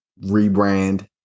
rebrand